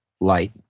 light